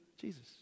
Jesus